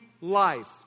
life